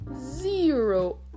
zero